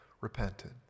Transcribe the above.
repented